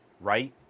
right